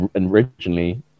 originally